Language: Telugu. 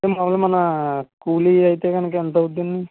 అదే మాములుగా మన కూలీ అయితే గనక ఎంత అవుతుందండి